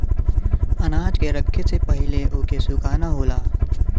अनाज के रखे से पहिले ओके सुखाना होला